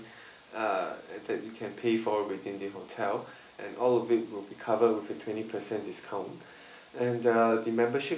uh that you can pay for within the hotel and all of it will be covered with a twenty percent discount and uh the membership